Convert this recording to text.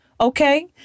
okay